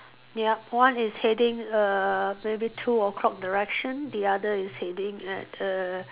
yup one is heading err maybe two O-clock direction the other is heading at err